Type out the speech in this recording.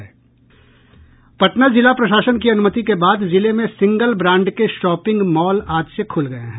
पटना जिला प्रशासन की अनुमति के बाद जिले में सिंगल ब्रांड के शॉपिंग मॉल आज से खुल गये हैं